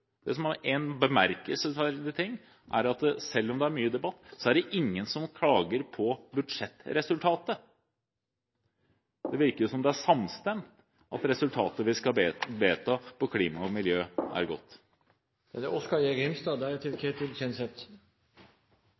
Det som er bemerkelsesverdig, er at selv om det er mye debatt, er det ingen som klager på budsjettresultatet. Det virker som om man er samstemte i at resultatet vi skal vedta på klima og miljø, er godt. Arbeidarpartiet er såre, det